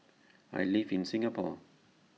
I live in Singapore